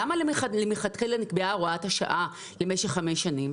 למה מלכתחילה נקבעה הוראת השעה למשך חמש שנים?